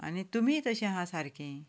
आनी तुमी तशीं आसा सारकीं